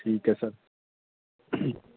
ਠੀਕ ਹੈ ਸਰ